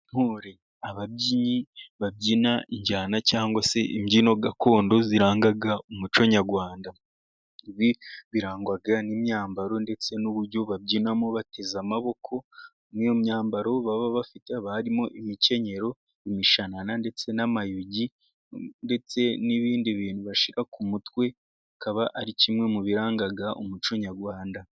Ababyinnyi babyina injyana cyangwa se imbyino gakondo ziranga umuco nyarwanda birangwa n'imyambaro ndetse n'uburyo babyinamo bateze amaboko. Imyambaro baba bafite harimo imikenyero, imishanana ndetse n'amayugi ndetse n'ibindi bintu bashira ku mutwe bikaba ari kimwe mu birangaga umuco nyarwanda.